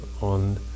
on